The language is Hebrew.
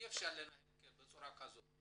אי אפשר לנהל את הדיון בצורה כזאת.